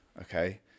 Okay